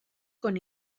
con